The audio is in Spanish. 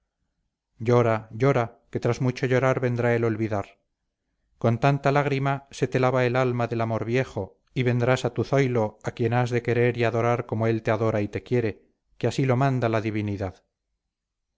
llora llora que tras mucho llorar vendrá el olvidar con tanta lágrima se te lava el alma del amor viejo y vendrás a tu zoilo a quien has de querer y adorar como él te adora y te quiere que así lo manda la divinidad